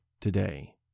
today